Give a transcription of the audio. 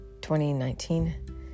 2019